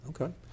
Okay